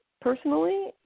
personally